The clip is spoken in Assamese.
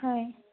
হয়